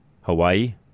Hawaii